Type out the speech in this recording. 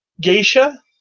geisha